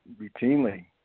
routinely